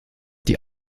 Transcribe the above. die